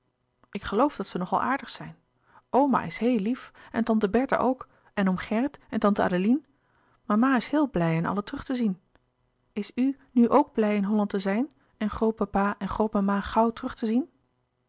ik geloof dat ze nog al aardig zijn oma is heel lief en tante bertha ook en oom gerrit en tante adeline mama is heel blij hen allen terug te zien is u nu ook blij in holland te zijn en grootpapa en grootmama gauw terug te zien